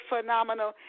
phenomenal